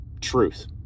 truth